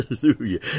Hallelujah